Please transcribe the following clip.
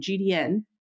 GDN